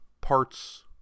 parts